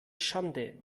schande